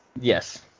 yes